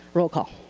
roll call.